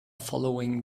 following